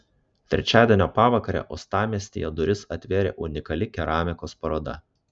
trečiadienio pavakarę uostamiestyje duris atvėrė unikali keramikos paroda